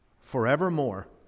forevermore